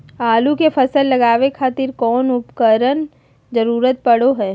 आलू के फसल लगावे खातिर कौन कौन उपकरण के जरूरत पढ़ो हाय?